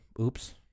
oops